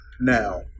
now